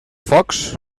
focs